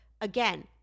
again